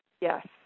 Yes